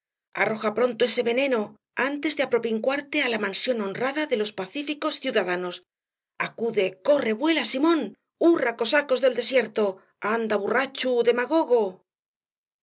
arroja pronto ese veneno antes de apropincuarte á la mansión honrada de los pacíficos ciudadanos acude corre vuela simón hurra cosacos del desierto anda burrachu demagogo